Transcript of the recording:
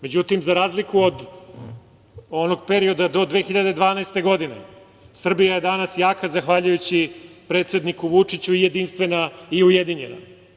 Međutim, za razliku od onog perioda do 2012. godine Srbija je danas jaka zahvaljujući predsedniku Vučiću i jedinstvena i ujedinjena.